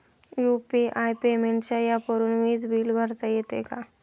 UPI पेमेंटच्या ऍपवरुन वीज बिल भरता येते का?